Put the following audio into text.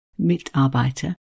Mitarbeiter